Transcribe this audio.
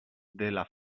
della